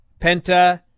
Penta